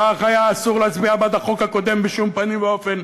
כך היה אסור להצביע בעד החוק הקודם בשום פנים ואופן,